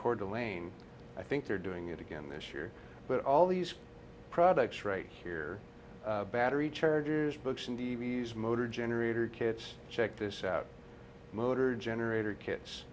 court elaine i think they're doing it again this year but all these products right here battery chargers books and d v d s motor generator kits check this out motor generator kits